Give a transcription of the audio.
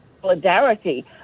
solidarity